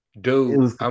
dude